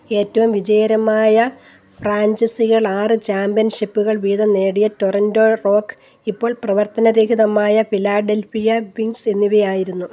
ഏറ്റവും വിജയകരമായ ഫ്രാഞ്ചൈസികൾ ആറ് ചാമ്പ്യൻഷിപ്പുകൾ വീതം നേടിയ ടൊറൻ്റോ റോക്ക് ഇപ്പോൾ പ്രവർത്തനരഹിതമായ ഫിലാഡൽഫിയ വിങ്സ് എന്നിവയായിരുന്നു